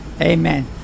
Amen